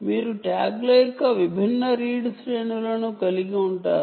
మీరు ట్యాగ్ల యొక్క విభిన్న రీడ్ రేంజ్ లను కలిగి ఉంటారు